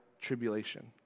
tribulation